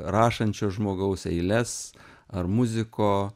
rašančio žmogaus eiles ar muziko